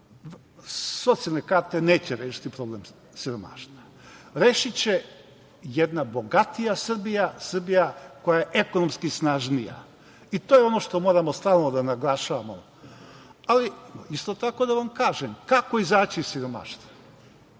da socijalne karte neće rešiti problem siromaštva. Rešiće jedna bogatija Srbija, Srbija koja je ekonomski snažnija i to je ono što moramo stalno da naglašavamo, ali isto tako da vam kažem kako izaći iz siromaštva?